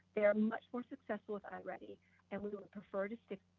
they are much more successful with ah i-ready and we will prefer to stick.